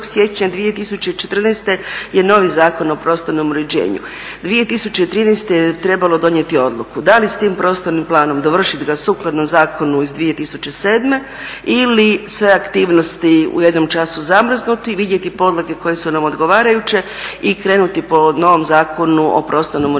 siječnja 2014. je novi Zakon o prostornom uređenju. 2013. je trebalo donijeti odluku da li sa tim prostornim planom dovršiti ga sukladno zakonu iz 2007. ili sve aktivnosti u jednom času zamrznuti, vidjeti podloge koje su nam odgovarajuće i krenuti po novom Zakonu o prostornom uređenju